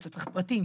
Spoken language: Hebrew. אתה צריך פרטים,